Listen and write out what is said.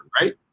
right